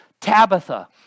Tabitha